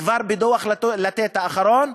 כבר בדוח "לתת" האחרון,